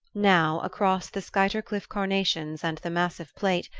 now, across the skuytercliff carnations and the massive plate,